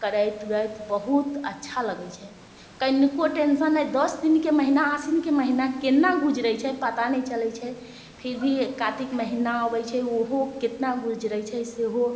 करैत उरैत बहुत अच्छा लगै छै कनिको टेंशन अइ दस दिनके महीना आसीनके महीना केना गुजरै छै पता नहि चलै छै फिर भी कार्तिक महीना अबै छै ओहो कितना गुजरै छै सेहो